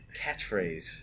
catchphrase